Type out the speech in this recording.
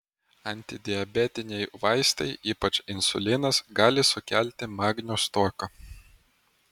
antidiabetiniai vaistai ypač insulinas gali sukelti magnio stoką